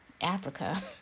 Africa